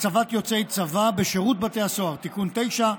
(הצבת יוצאי צבא בשירות בתי הסוהר) (תיקון מס' 9),